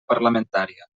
parlamentària